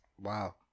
Wow